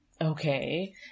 Okay